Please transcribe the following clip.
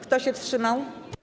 Kto się wstrzymał?